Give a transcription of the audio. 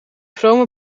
vrome